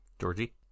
Georgie